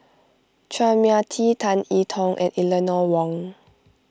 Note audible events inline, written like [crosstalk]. Chua Mia Tee Tan [unintelligible] Tong and Eleanor Wong